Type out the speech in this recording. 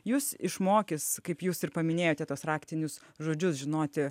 jus išmokys kaip jūs ir paminėjote tuos raktinius žodžius žinoti